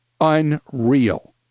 unreal